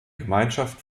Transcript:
gemeinschaft